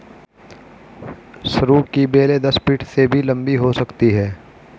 सरू की बेलें दस फीट से भी लंबी हो सकती हैं